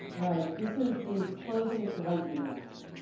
alright, this is the closing lightning round,